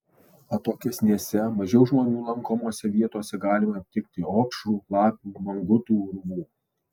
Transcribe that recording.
atokesnėse mažiau žmonių lankomose vietose galima aptikti opšrų lapių mangutų urvų